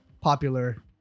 popular